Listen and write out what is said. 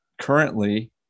currently